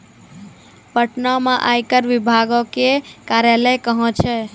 पटना मे आयकर विभागो के कार्यालय कहां छै?